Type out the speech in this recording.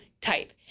type